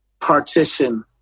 Partition